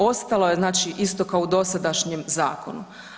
Ostalo je znači isto kao u dosadašnjem zakonu.